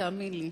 תאמין לי.